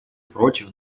против